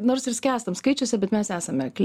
nors ir skęstam skaičiuose bet mes esame akli